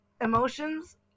Emotions